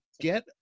get